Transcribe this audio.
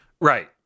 Right